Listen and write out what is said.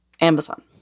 Amazon